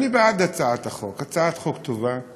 אני בעד הצעת החוק, הצעת חוק טובה.